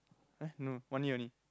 uh no one year only